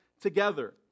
together